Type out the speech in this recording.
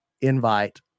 invite